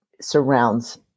surrounds